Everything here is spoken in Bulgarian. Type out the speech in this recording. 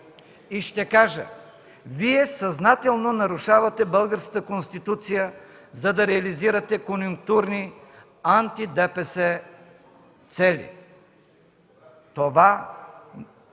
и ще кажа: Вие съзнателно нарушавате Българската конституция, за да реализирате конюнктурни анти-ДПС цели. Това